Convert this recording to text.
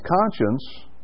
conscience